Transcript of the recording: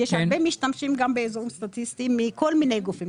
יש הרבה משתמשים גם באזורים סטטיסטיים מכל מיני גופים,